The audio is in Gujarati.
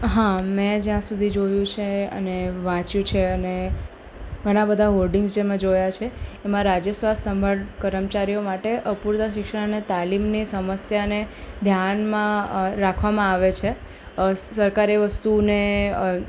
હા મેં જ્યાં સુધી જોયું છે અને વાંચ્યું છે અને ઘણા બધા હોર્ડિંગસ જે મેં જોયા છે એમાં રાજ્ય સાર સંભાળ કર્મચારીઓ માટે અપૂરતા શિક્ષણ અને તાલીમને સમસ્યાને ધ્યાનમાં રાખવામાં આવે છે સરકાર એ વસ્તુને